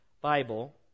Bible